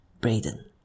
Braden